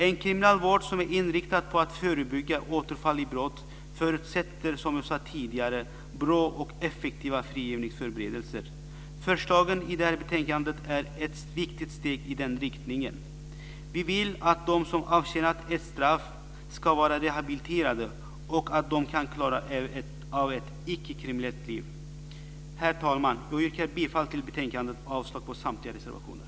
En kriminalvård som är inriktad på att förebygga återfall i brott förutsätter, som jag tidigare sade, bra och effektiva frigivningsförberedelser. Förslagen i det här betänkandet är ett viktigt steg i den riktningen. Vi vill att de som avtjänat ett straff ska vara rehabiliterade och att de ska kunna klara av ett icke-kriminellt liv. Herr talman! Jag yrkar bifall till utskottets förslag i betänkandet och avslag på samtliga reservationer.